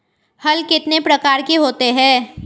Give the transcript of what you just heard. हल कितने प्रकार के होते हैं?